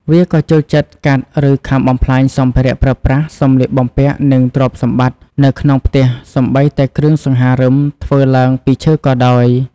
វាក៏ចូលចិត្តកាត់ ឬខាំបំផ្លាញសម្ភារៈប្រើប្រាស់ សម្លៀកបំពាក់ និងទ្រព្យសម្បត្តិនៅក្នុងផ្ទះសូម្បីតែគ្រឿងសង្ហារឹមធ្វើឡើងពីឈើក៏ដោយ។